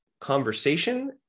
conversation